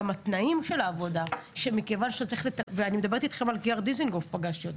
פגשתי אותם בכיכר דיזינגוף.